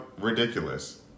ridiculous